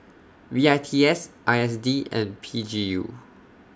W I T S I S D and P G U